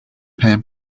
pan